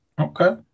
Okay